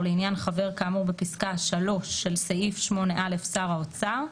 ולעניין חבר כאמור בפסקה (3) של סעיף 8(א) שר האוצר,